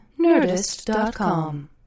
Nerdist.com